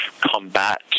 combat